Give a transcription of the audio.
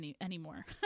anymore